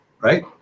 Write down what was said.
right